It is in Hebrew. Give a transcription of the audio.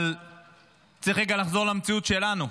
אבל צריך רגע לחזור למציאות שלנו.